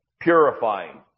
Purifying